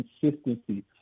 consistency